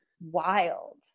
wild